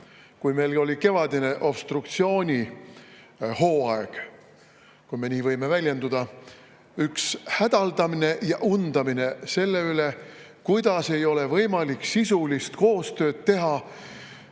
kui meil oli obstruktsioonihooaeg – kui me nii võime väljenduda –, üks hädaldamine ja undamine selle üle, kuidas ei ole võimalik sisulist tööd teha,